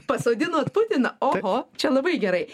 pasodinot putiną oho čia labai gerai